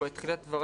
כפי שאת מבינה,